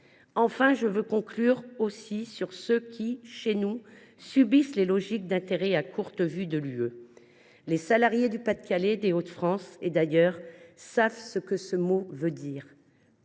Enfin, je veux conclure sur ceux qui, chez nous, subissent les logiques d’intérêts à courte vue de l’Union européenne. Les salariés du Pas de Calais, des Hauts de France et d’ailleurs savent ce que veut dire